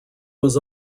was